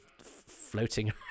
floating